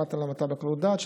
הוחלט על המתה בקלות דעת,